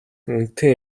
үнэтэй